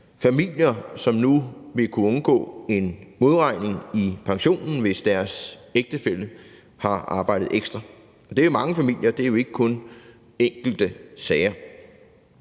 familier, som nu vil kunne undgå en modregning i pensionen, hvis deres ægtefælle har arbejdet ekstra. Det er mange familier, det er jo ikke kun enkelte sager.